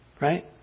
Right